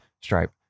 stripe